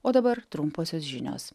o dabar trumposios žinios